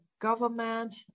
government